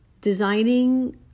designing